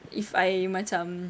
if I macam